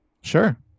Sure